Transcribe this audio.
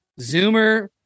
zoomer